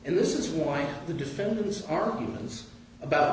and this is why the defendant's arguments about